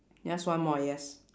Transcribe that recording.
yes one more yes